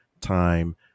time